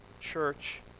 church